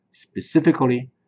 Specifically